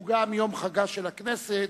שהוא גם יום חגה של הכנסת,